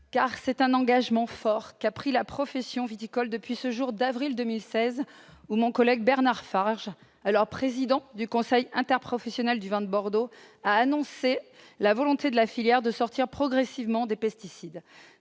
Car c'est un engagement fort qu'a pris la profession viticole depuis ce jour d'avril 2016 où mon collègue Bernard Farges, alors président du Conseil interprofessionnel du vin de Bordeaux, a annoncé la volonté de la filière de sortir progressivement des pesticides.